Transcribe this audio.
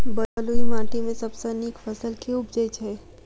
बलुई माटि मे सबसँ नीक फसल केँ उबजई छै?